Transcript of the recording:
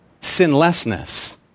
sinlessness